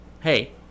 hey